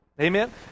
Amen